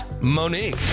Monique